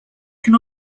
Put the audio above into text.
can